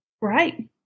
Right